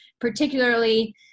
particularly